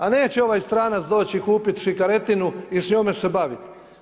A neće ovaj stranac doći i kupiti šikaretinu i s njome se baviti.